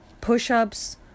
push-ups